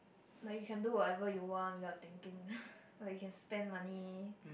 like you can do whatever you want without thinking like you can spend money